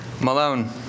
Malone